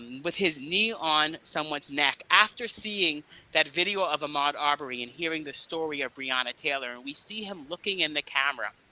with his knee on someone's neck, after seeing that video of ahmaud arbery and hearing the story of breonna taylor, and we see him looking in the camera,